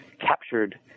captured